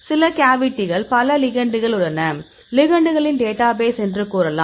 சில கேவிட்டிகள் பல லிகெண்டுகள் உள்ளன லிகெண்டுகளின் டேட்டாபேஸ் என்று கூறலாம்